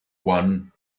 one